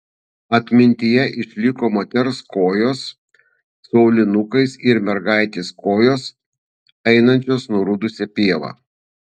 atmintyje išliko moters kojos su aulinukais ir mergaitės kojos einančios nurudusia pieva